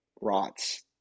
rots